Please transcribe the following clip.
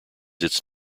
its